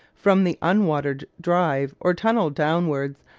from the unwatered drive or tunnel downwards,